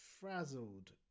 frazzled